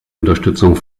unterstützung